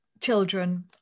Children